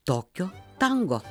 tokio tango